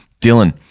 Dylan